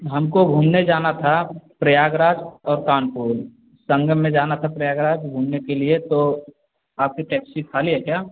हमको घूमने जाना था प्रयागराज और कानपुर संगम में जाना था प्रयागराज घूमने के लिए तो आपकी टैक्सी खाली है क्या